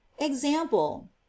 example